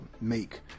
make